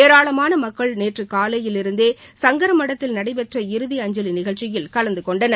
ஏராளமான மக்கள் நேற்று காலையிலிருந்தே சங்கரமடத்தில் நடைபெற்ற இறுதி அஞ்சலி நிகழ்ச்சியில் கலந்து கொண்டர்